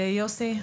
יוסי,